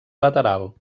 lateral